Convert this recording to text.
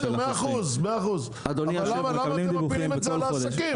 מאה אחוז, אבל למה אתם מפילים את זה על העסקים?